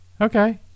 Okay